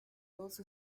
also